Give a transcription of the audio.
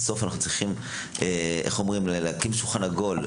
בסוף אנחנו צריכים להקים שולחן עגול.